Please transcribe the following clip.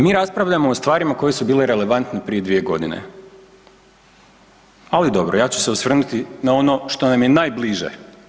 Mi raspravljamo o stvarima koje su bile relevantne prije 2.g., ali dobro, ja ću se osvrnuti na ono što nam je najbliže.